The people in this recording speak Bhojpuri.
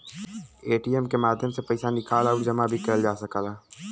ए.टी.एम के माध्यम से पइसा निकाल आउर जमा भी करल जा सकला